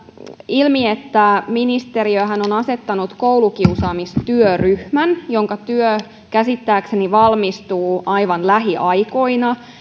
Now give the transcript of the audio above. ilmi että ministeriöhän on asettanut koulukiusaamistyöryhmän jonka työ käsittääkseni valmistuu aivan lähiaikoina